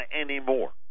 anymore